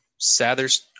Sather's